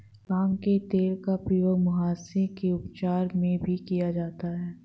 भांग के तेल का प्रयोग मुहासे के उपचार में भी किया जाता है